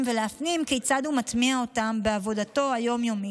ולהפנים כיצד הוא מטמיע אותם בעבודתו היום-יומית.